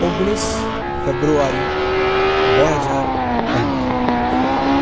ઓગણીસ ફેબ્રુઆરી બે હજાર પંદર